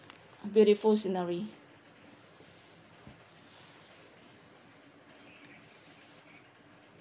beautiful scenery